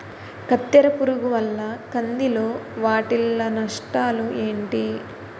కత్తెర పురుగు వల్ల కంది లో వాటిల్ల నష్టాలు ఏంటి